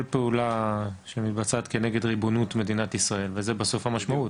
כל פעולה שמתבצעת כנגד ריבונות מדינת ישראל וזה בסוף המשמעות,